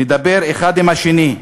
נדבר אחד עם השני,